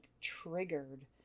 triggered